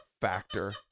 factor